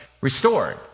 restored